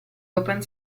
open